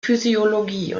physiologie